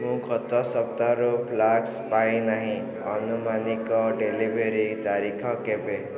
ମୁଁ ଗତ ସପ୍ତାହରୁ ଫ୍ଲାସ୍କ ପାଇନାହିଁ ଆନୁମାନିକ ଡେଲିଭରି ତାରିଖଟି କେବେ